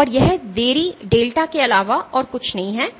और यह देरी डेल्टा के अलावा और कुछ नहीं है